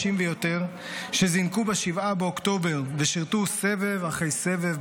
ויותר שזינקו ב-7 באוקטובר ושירתו סבב אחרי סבב,